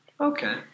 Okay